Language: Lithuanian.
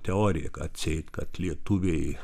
teoriją atseit kad lietuviai